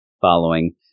following